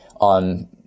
on